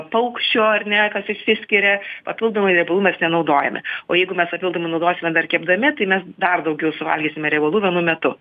paukščio ar ne kas išsiskiria papildomai riebalų mes nenaudojame o jeigu mes papildomai naudosime dar kepdami tai mes dar daugiau suvalgysime riebalų vienu metu